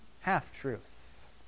half-truth